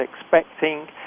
expecting